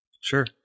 Sure